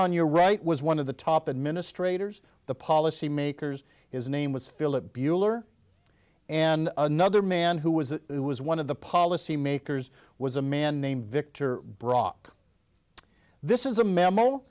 on your right was one of the top administrators the policy makers his name was phillip bueller and another man who was it was one of the policy makers was a man named victor brock this is a memo